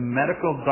medical